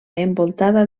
envoltada